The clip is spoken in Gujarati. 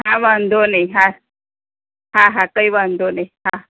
હાં વાંધો નહીં હા હા કઈ વાંધો નઇ હાં